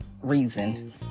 reason